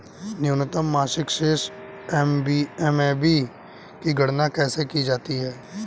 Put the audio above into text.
न्यूनतम मासिक शेष एम.ए.बी की गणना कैसे की जाती है?